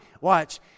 watch